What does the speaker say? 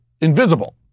invisible